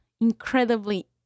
incredibly